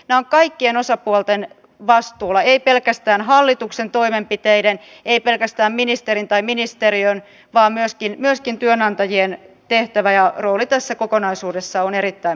ja kaikkien osapuolten vastuulla ei pelkästään hallituksen toimenpiteiden ei pelkästään ministerin tai ministeriön vaan myöskin myöskin työnantajien tehtävä ja rooli tässä kokonaisuudessa on erittäin